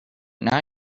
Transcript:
now